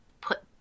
put